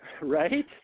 right